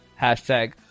Hashtag